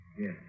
Yes